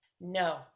No